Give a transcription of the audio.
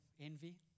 envy